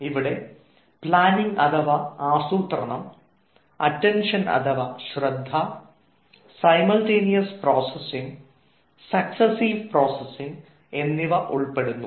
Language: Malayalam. ഇവിടെ പ്ലാനിങ് അഥവാ ആസൂത്രണം അറ്റൻഷൻ അഥവാ ശ്രദ്ധ സൈമൾടെനിയസ് പ്രോസസിംഗ് സക്സ്സീവ് പ്രോസസിംഗ് എന്നിവ ഉൾപ്പെടുന്നു